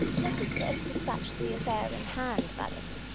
let us first dispatch the affair in hand, madam.